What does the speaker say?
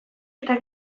eta